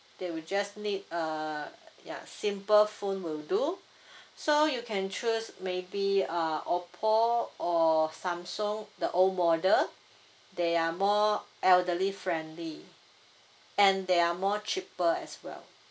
they will just need uh ya simple phone will do so you can choose maybe uh oppo or samsung the old model they are more elderly friendly and there are more cheaper as well